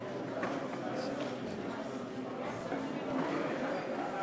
ברוורמן, מציג את הצעת החוק לתיקון פקודת מסילות